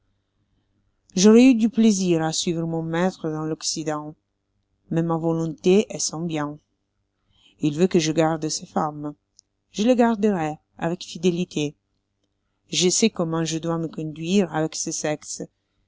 j'aurois eu du plaisir à suivre mon maître dans l'occident mais ma volonté est son bien il veut que je garde ses femmes je les garderai avec fidélité je sais comment je dois me conduire avec ce sexe